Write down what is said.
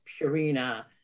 Purina